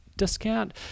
discount